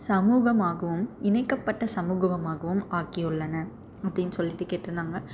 சமூகமாகவும் இணைக்கப்பட்ட சமூகவமாகவும் ஆக்கி உள்ளன அப்படின்னு சொல்லிட்டு கேட்டுருந்தாங்க